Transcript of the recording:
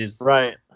Right